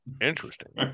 Interesting